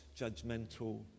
judgmental